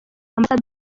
amb